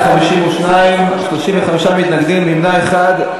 52 בעד, 35 מתנגדים, נמנע אחד.